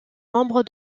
membre